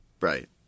right